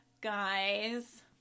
Guys